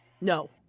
No